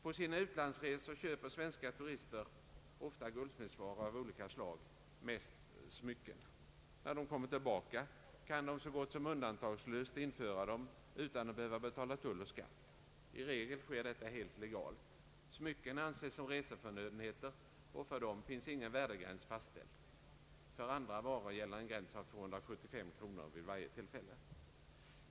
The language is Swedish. På sina utlandsresor köper svenska turister ofta guldsmedsvaror av olika slag, mest smycken. När de kommer tillbaka kan de så gott som undantagslöst införa dem utan att behöva betala tull och skatt. I regel sker detta helt legalt. Smycken anses som reseförnödenheter och för dem finns ingen värdegräns fastställd. För andra varor gäller en gräns av 275 kronor vid varje inresetillfälle.